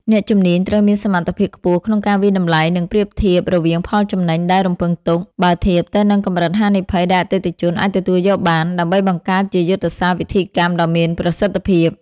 អ្នកជំនាញត្រូវមានសមត្ថភាពខ្ពស់ក្នុងការវាយតម្លៃ និងប្រៀបធៀបរវាងផលចំណេញដែលរំពឹងទុក បើធៀបទៅនឹងកម្រិតហានិភ័យដែលអតិថិជនអាចទទួលយកបាន ដើម្បីបង្កើតជាយុទ្ធសាស្ត្រវិវិធកម្មដ៏មានប្រសិទ្ធភាព។